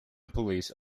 police